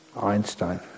Einstein